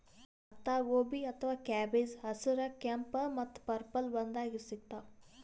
ಪತ್ತಾಗೋಬಿ ಅಥವಾ ಕ್ಯಾಬೆಜ್ ಹಸ್ರ್, ಕೆಂಪ್ ಮತ್ತ್ ಪರ್ಪಲ್ ಬಣ್ಣದಾಗ್ ಸಿಗ್ತಾವ್